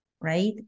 right